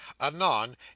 Anon